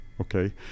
Okay